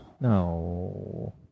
No